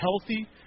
healthy